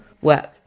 work